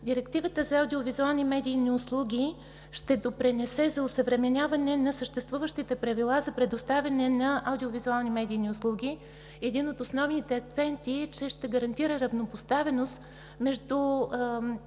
Директивата за аудио-визуални медийни услуги ще допринесе за осъвременяване на съществуващите правила за предоставяне на аудио-визуални медийни услуги. Един от основните акценти е, че ще гарантира равнопоставеност между